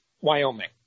Wyoming